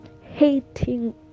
hating